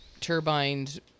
turbines